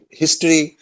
history